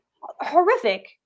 Horrific